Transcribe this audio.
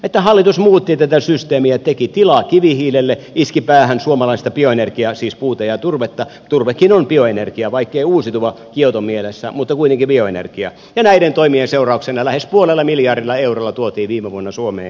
että hallitus muutti tätä systeemiä ja teki tilaa kivihiilelle iski päähän suomalaista bioenergiaa siis puuta ja turvetta turvekin on bioenergiaa vaikkei uusiutuvaa kioto mielessä mutta kuitenkin bioenergiaa ja näiden toimien seurauksena lähes puolella miljardilla eurolla tuotiin viime vuonna suomeen kivihiiltä